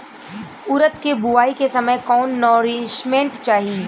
उरद के बुआई के समय कौन नौरिश्मेंट चाही?